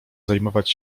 zajmować